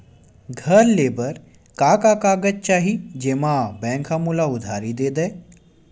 घर ले बर का का कागज चाही जेम मा बैंक हा मोला उधारी दे दय?